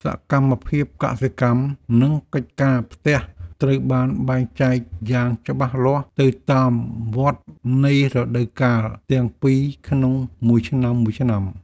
សកម្មភាពកសិកម្ម និងកិច្ចការផ្ទះត្រូវបានបែងចែកយ៉ាងច្បាស់លាស់ទៅតាមវដ្តនៃរដូវកាលទាំងពីរក្នុងមួយឆ្នាំៗ។